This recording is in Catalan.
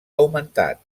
augmentat